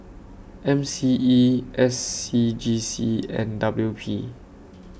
M C E S C G C and W P